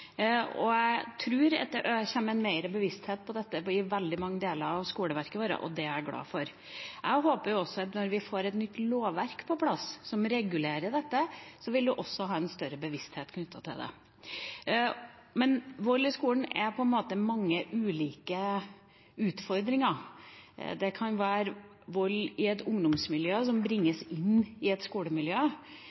Jeg tror at det kommer en mer bevissthet om dette i mange deler av skoleverket vårt, og det er jeg glad for. Jeg håper også at når vi får på plass et nytt lovverk som regulerer dette, vil en ha en større bevissthet til det. Men vold i skolen er på en måte mange ulike utfordringer. Det kan være vold i et ungdomsmiljø som bringes inn i et skolemiljø,